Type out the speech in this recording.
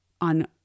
on